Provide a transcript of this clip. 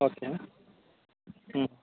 okay ಹ್ಞೂ